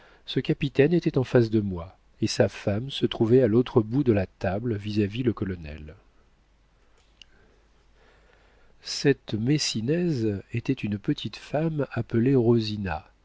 ce capitaine était en face de moi et sa femme se trouvait à l'autre bout de la table vis-à-vis le colonel cette messinaise était une petite femme appelée rosina